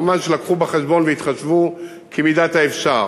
מובן שהביאו בחשבון והתחשבו כמידת האפשר.